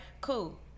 Cool